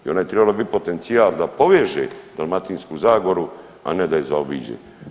I ona je tribala bit potencijal da poveže Dalmatinsku zagoru, a ne da je zaobiđe.